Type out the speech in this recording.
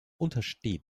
untersteh